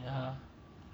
ya